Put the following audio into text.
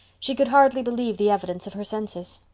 she could hardly believe the evidence of her senses.